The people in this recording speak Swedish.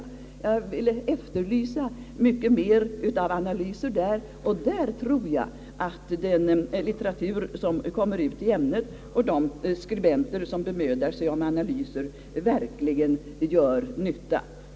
Jag vill efterlysa mycket mer av ana lyser, och där tror jag att den litte: ratur som kommer ut i ämnet och de skribenter som bemödar sig om ana: lyser verkligen gör nytta.